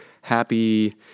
happy